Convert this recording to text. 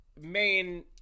main